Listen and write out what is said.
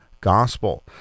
gospel